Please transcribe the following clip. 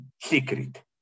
secret